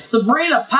Sabrina